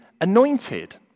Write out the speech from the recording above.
anointed